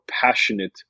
passionate